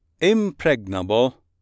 impregnable